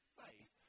faith